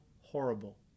horrible